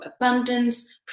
abundance